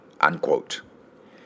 unquote